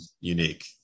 unique